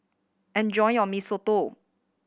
enjoy your Mee Soto